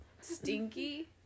stinky